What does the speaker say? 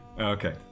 okay